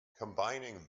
combining